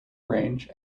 range